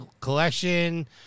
Collection